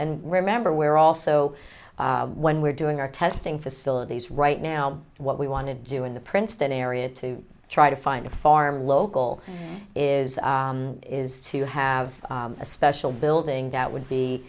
and remember where also when we're doing our testing facilities right now what we want to do in the princeton area to try to find a farm local is is to have a special building that would be